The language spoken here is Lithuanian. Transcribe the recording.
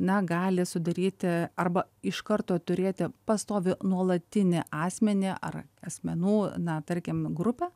na gali sudaryti arba iš karto turėti pastovį nuolatinį asmenį ar asmenų na tarkim grupę